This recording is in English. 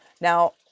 Now